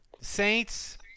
Saints